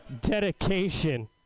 dedication